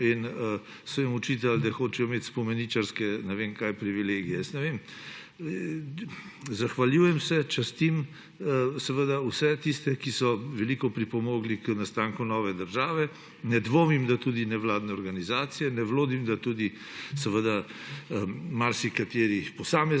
1930, očitali, da hočejo imeti spomeničarske, ne vem kaj, privilegije. Jaz ne vem. Zahvaljujem se, častim vse tiste, ki so veliko pripomogli k nastanku nove države, ne dvomim, da tudi nevladne organizacije, ne dvomim, da tudi marsikateri posameznik